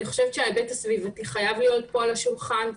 אני חושבת ההיבט הסביבתי חייב להיותך כאן על השולחן.